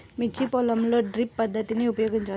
మిర్చి పొలంలో డ్రిప్ పద్ధతిని ఉపయోగించవచ్చా?